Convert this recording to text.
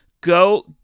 go